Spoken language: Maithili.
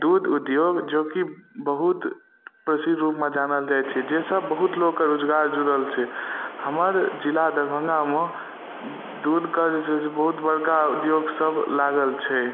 दूध उद्योग जेकि बहुत प्रसिद्ध रूपमे जानल जाइ छै जाहिसऽ बहुत लोक के रोजगार जुड़ल छै हमर जिला दरभंगामे दूधके जे छै से बहुत बड़का उद्योग सब लागल छै